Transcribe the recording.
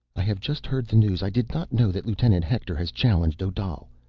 i have just heard the news. i did not know that lieutenant hector has challenged odal.